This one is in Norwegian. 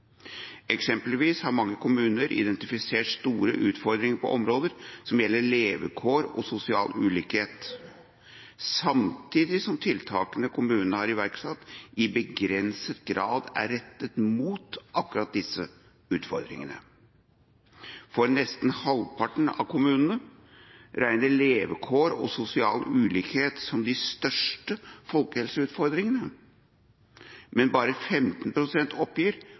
Eksempelvis har mange kommuner identifisert store utfordringer på områder som gjelder levekår og sosial ulikhet, samtidig som tiltakene kommunene har iverksatt, i begrenset grad er rettet mot akkurat disse utfordringene. For nesten halvparten av kommunene regner levekår og sosial ulikhet som de største folkehelseutfordringene, men bare 15 pst. oppgir